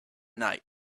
night